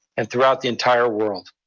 and throughout the entire world.